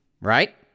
right